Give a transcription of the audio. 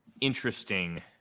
interesting